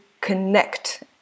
connect